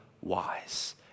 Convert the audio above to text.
wise